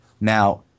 Now